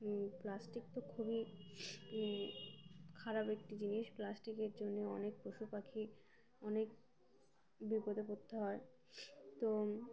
plastic তো খুবই খারাপ একটি জিনিস প্লাস্টিকের জন্যে অনেক পশু পাখি অনেক বিপদে পড়তে হয় তো